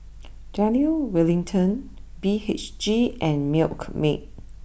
Daniel Wellington B H G and Milkmaid